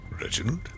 Reginald